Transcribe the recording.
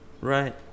right